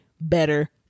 better